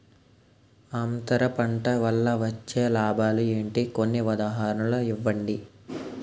అంతర పంట వల్ల వచ్చే లాభాలు ఏంటి? కొన్ని ఉదాహరణలు ఇవ్వండి?